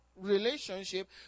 relationship